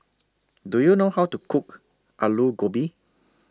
Do YOU know How to Cook Alu Gobi